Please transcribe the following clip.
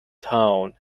town